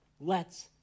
lets